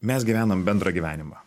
mes gyvenam bendrą gyvenimą